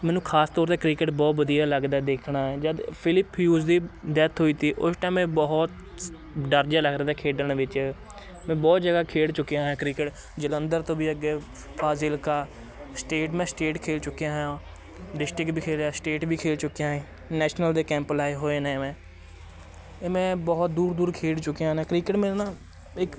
ਮੈਨੂੰ ਖਾਸ ਤੌਰ 'ਤੇ ਕ੍ਰਿਕੇਟ ਬਹੁਤ ਵਧੀਆ ਲੱਗਦਾ ਦੇਖਣਾ ਜਦ ਫਿਲਿਪ ਹਿਊਜ ਦੀ ਡੈਥ ਹੋਈ ਤੀ ਉਸ ਟਾਈਮ ਮੈਂ ਬਹੁਤ ਸ ਡਰ ਜਿਹਾ ਲੱਗਦਾ ਤਾ ਖੇਡਣ ਵਿੱਚ ਮੈਂ ਬਹੁਤ ਜਗ੍ਹਾ ਖੇਡ ਚੁੱਕਿਆਂ ਕ੍ਰਿਕੇਟ ਜਲੰਧਰ ਤੋਂ ਵੀ ਅੱਗੇ ਫਾਜਿਲਕਾ ਸਟੇਟ ਮੈਂ ਸਟੇਟ ਖੇਲ ਚੁੱਕਿਆ ਹਾਂ ਡਿਸਟ੍ਰਿਕਟ ਵੀ ਖੇਲ ਲਿਆ ਸਟੇਟ ਵੀ ਖੇਲ ਚੁੱਕਿਆ ਏ ਨੈਸ਼ਨਲ ਦੇ ਕੈਂਪ ਲਾਏ ਹੋਏ ਨੇ ਮੈਂ ਇਹ ਮੈਂ ਬਹੁਤ ਦੂਰ ਦੂਰ ਖੇਡ ਚੁੱਕਿਆ ਹੈ ਨਾ ਕ੍ਰਿਕੇਟ ਮੇਰੇ ਨਾਲ ਇੱਕ